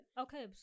Okay